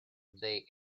they